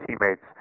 teammates